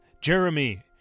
Jeremy